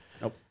Nope